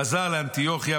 חזר לאנטיוכיה,